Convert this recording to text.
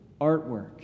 artwork